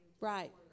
Right